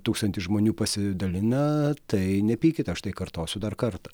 tūkstantis žmonių pasidalina tai nepykit aš tai kartosiu dar kartą